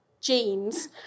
jeans